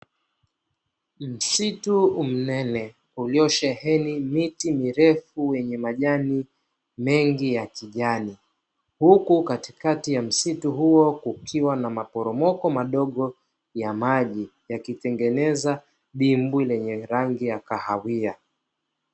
Msitu mnene uliosheheni miti mirefu yenye majani mengi ya kijani, huku katikati ya msitu huo kukiwa na maporomoko madogo ya maji, yakitengeneza dimbwi lenye rangi ya kahawia.